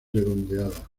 redondeada